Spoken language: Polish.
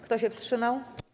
Kto się wstrzymał?